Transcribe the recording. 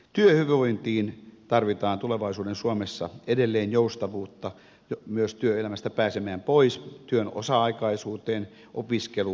työhyvinvointiin tarvitaan tulevaisuuden suomessa edelleen joustavuutta myös työelämästä pois pääsemiseen työn osa aikaisuuteen opiskeluun